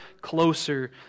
closer